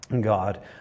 God